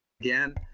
Again